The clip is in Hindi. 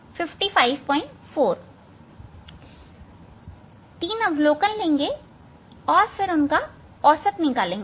तीन अवलोकन लेंगे और फिर उनका औसत निकालेंगे